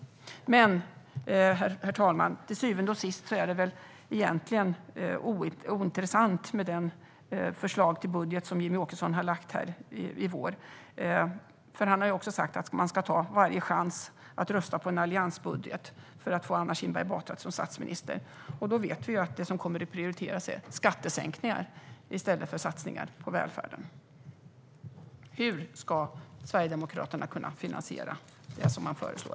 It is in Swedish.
Herr talman! Till syvende och sist är det väl egentligen ointressant med det förslag till budget som Jimmie Åkesson har lagt fram i vår. Han har nämligen också sagt att man ska ta varje chans att rösta på en alliansbudget för att få Anna Kinberg Batra som statsminister, och då vet vi ju att det som kommer att prioriteras är skattesänkningar i stället för satsningar på välfärden. Hur ska Sverigedemokraterna kunna finansiera det man föreslår?